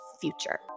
future